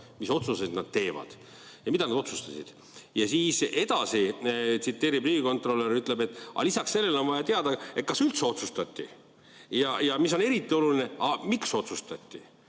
mis otsuseid nad teevad, mida nad otsustasid. Ja siis edasi riigikontrolör ütleb, et lisaks sellele on vaja teada, kas üldse otsustati ja – mis on eriti oluline – miks otsustati,